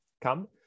come